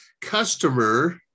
customer